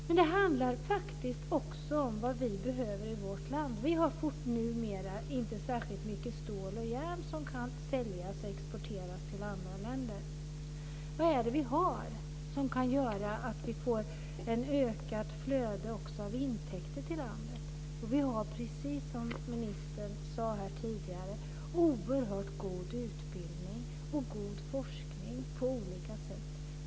Men det handlar faktiskt också om vad vi behöver i vårt land. Vi har numera inte särskilt mycket stål och järn som kan säljas och exporteras till andra länder. Vad har vi som kan göra att vi får ett ökat flöde av intäkter till landet? Jo, vi har, precis som ministern sade tidigare, oerhört god utbildning och god forskning.